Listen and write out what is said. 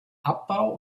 abbau